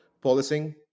policing